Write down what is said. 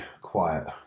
quiet